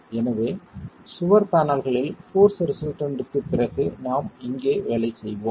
எனவே சுவர் பேனல்களில் போர்ஸ் ரிசல்டன்ட்க்குப் பிறகு நாம் இங்கே வேலை செய்வோம்